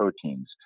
proteins